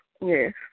Yes